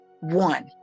one